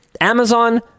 Amazon